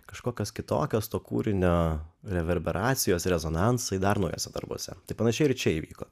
kažkokios kitokios to kūrinio reverberacijos rezonansai dar naujuose darbuose taip panašiai ir čia įvyko